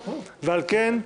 ועל כן,